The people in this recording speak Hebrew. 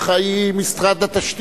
להתפלת מים אחראי משרד התשתיות.